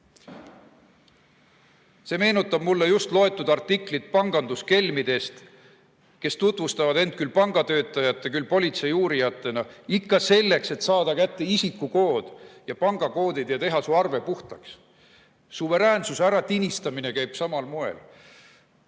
See meenutab mulle just loetud artiklit panganduskelmidest, kes tutvustavad end küll pangatöötajate, küll politseiuurijatena, ikka selleks, et saada kätte isikukood ja pangakoodid ja teha su arve puhtaks. Suveräänsuse äratinistamine käib samal moel.